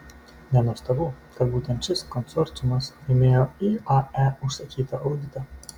nenuostabu kad būtent šis konsorciumas laimėjo iae užsakytą auditą